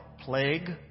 plague